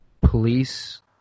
police